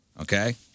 Okay